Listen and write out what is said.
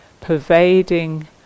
pervading